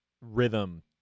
rhythm